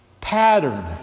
pattern